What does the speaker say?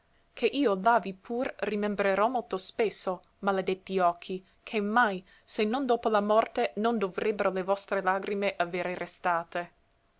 ché io la vi pur rimembrerò molto spesso maladetti occhi ché mai se non dopo la morte non dovrebbero le vostre lagrime avere restate